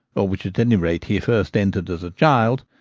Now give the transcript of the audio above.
or which, at any rate, he first entered as a child,